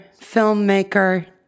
filmmaker